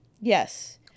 Yes